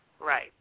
Right